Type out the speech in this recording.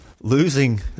losing